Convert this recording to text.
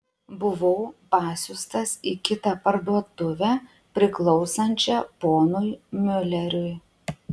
buvau pasiųstas į kitą parduotuvę priklausančią ponui miuleriui